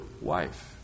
wife